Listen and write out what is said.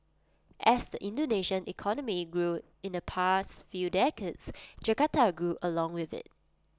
as the Indonesian economy grew in the past few decades Jakarta grew along with IT